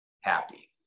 happy